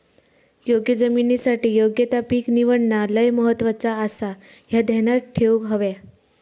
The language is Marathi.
योग्य जमिनीसाठी योग्य ता पीक निवडणा लय महत्वाचा आसाह्या ध्यानात ठेवूक हव्या